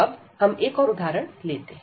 अब हम एक और उदाहरण लेते हैं